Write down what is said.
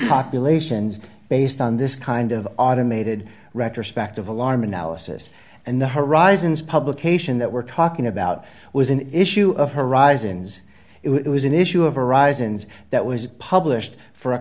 populations based on this kind of automated retrospective alarm analysis and the horizons publication that we're talking about was an issue of horizons it was an issue of horizons that was published for a